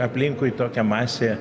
aplinkui tokia masė